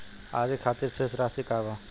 आज के खातिर शेष राशि का बा?